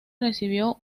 recibió